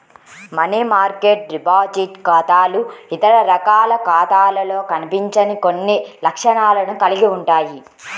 money market deposit ఖాతాలు ఇతర రకాల ఖాతాలలో కనిపించని కొన్ని లక్షణాలను కలిగి ఉంటాయి